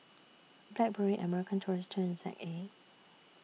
Blackberry American Tourister and A